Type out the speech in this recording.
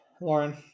Lauren